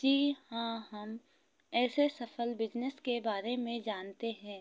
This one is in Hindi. जी हाँ हम ऐसे सफल बिजनेस के बारे में जानते हैं